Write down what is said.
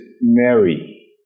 Mary